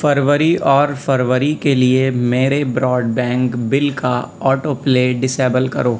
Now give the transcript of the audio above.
فروری اور فروری کے لیے میرے براڈ بینک بل کا آٹو پلے ڈسیبل کرو